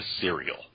cereal